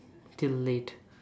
till late